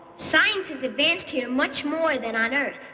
science has advanced here much more than on earth.